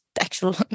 actual